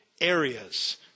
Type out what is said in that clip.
areas